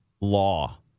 Law